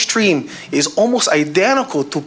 stream is almost identical to